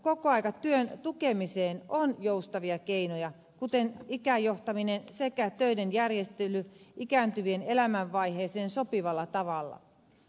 kokoaikatyön tukemiseen on joustavia keinoja kuten ikäjohtaminen sekä töiden järjestely ikääntyvien elämänvaiheeseen sopivalla tavalla